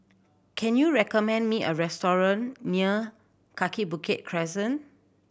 can you recommend me a restaurant near Kaki Bukit Crescent